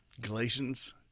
Galatians